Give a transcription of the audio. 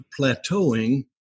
plateauing